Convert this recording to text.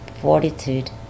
fortitude